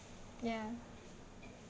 yeah